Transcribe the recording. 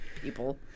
people